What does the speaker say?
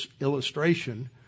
illustration